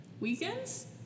Weekends